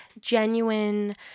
genuine